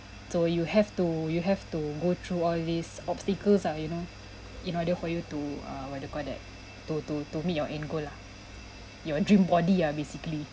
so you have to you have to go through all these obstacles ah you know in order for you to err what do you call that to to to meet your end goal lah your dream body ah basically